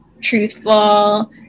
truthful